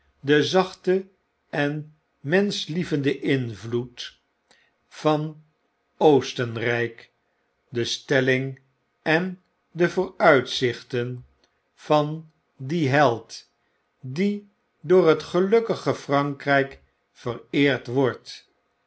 de zachte en menschlievehde invloed van oostenrijk de stelling en de vooruiteichten van dien held die door het gelukkige frankryk vereerd wordt